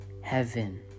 heaven